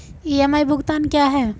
EMI भुगतान क्या है?